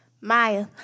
Maya